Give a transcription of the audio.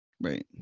right